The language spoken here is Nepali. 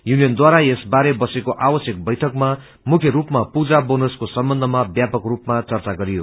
युनियन द्वारा यस बारे बसेको आवश्यक बैठकमा मुख्य रूपमा पूजा बोनसको सम्बन्धमा व्यापक रूपमा चर्चा गरियो